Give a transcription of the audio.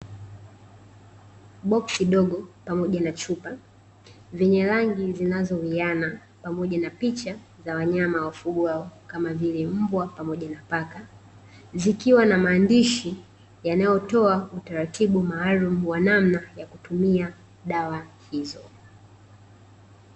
Boksi dogo pamoja na chupa vyenye rangi zinazowiana pamoja na picha za wanyama wafugwao, kama vile mbwa, pamoja na paka; zikiwa na maandishi yanayotoa utaratibu maalumu wa namna ya kutumia dawa hizo.